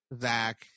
Zach